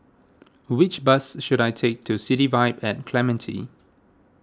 which bus should I take to City Vibe at Clementi